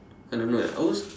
I don't know eh I would s~